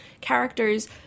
characters